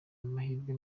amahirwe